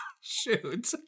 Shoot